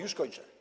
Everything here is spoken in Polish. Już kończę.